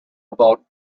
about